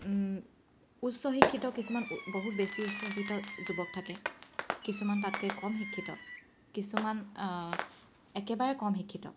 উচ্চ শিক্ষিত কিছুমান বহুত বেছি উচ্চ শিক্ষিত যুৱক থাকে কিছুমান তাতকৈ কম শিক্ষিত কিছুমান একেবাৰে কম শিক্ষিত